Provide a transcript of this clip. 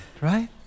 right